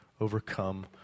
overcome